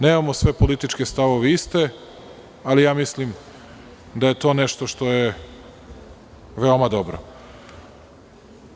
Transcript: Nemamo sve političke stavove iste, ali mislim da je to nešto što je veoma dobro.